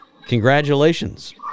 congratulations